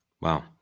Wow